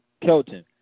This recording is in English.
Kelton